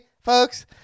folks